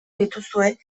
dituzue